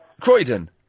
Croydon